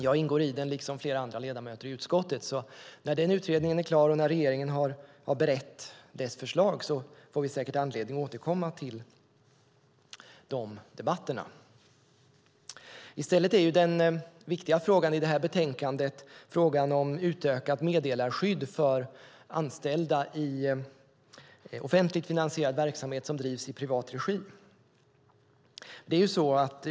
Jag ingår i utredningen, liksom flera andra ledamöter i utskottet, så när den är klar och när regeringen har berett dess förslag får vi säkert anledning att återkomma till de debatterna. I stället är den viktiga frågan i detta betänkande frågan om utökat meddelarskydd för anställda i offentligt finansierad verksamhet som drivs i privat regi.